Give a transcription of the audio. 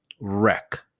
wreck